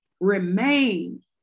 remain